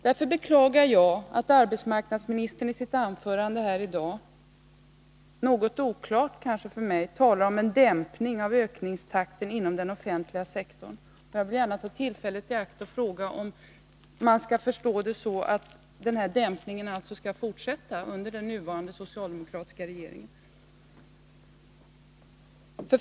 Därför beklagar jag att arbetsmarknadsministern i sitt anförande här i dag — något oklart — talar om en dämpning av ökningstakten inom den offentliga sektorn. Jag vill gärna ta tillfället i akt och fråga om man skall förstå det på ett sådant sätt att den här dämpningen skall fortsätta under den nuvarande socialdemokratiska regeringen.